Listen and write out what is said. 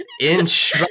Inch